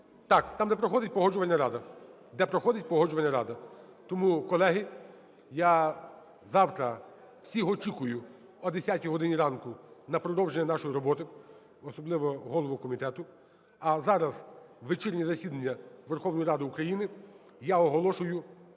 рада, де проходить Погоджувальна рада. Тому, колеги, я завтра всіх очікую о 10 годині ранку на продовження нашої роботи, особливо голову комітету. А зараз вечірнє засідання Верховної Ради України я оголошую